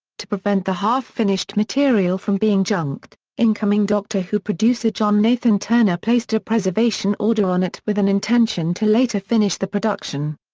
to prevent the half-finished material from being junked, incoming doctor who producer john nathan-turner placed a preservation order on it with an intention to later finish the production.